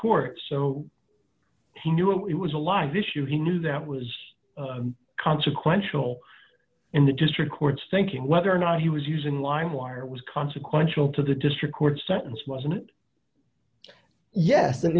court so he knew it was a live issue he knew that was consequential and the district court's thinking whether or not he was using lime wire was consequential to the district court sentence wasn't yes